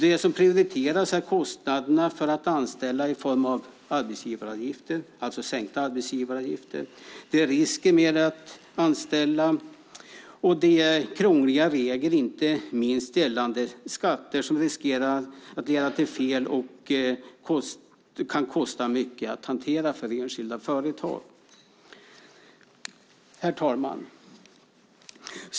Det som prioriteras är kostnaderna för att anställa i form av sänkta arbetsgivaravgifter, risken med att anställa och krångliga regler inte minst gällande skatter som riskerar att leda till fel och som kan kosta mycket att hantera för det enskilda företaget. Herr talman!